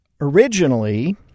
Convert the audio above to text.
Originally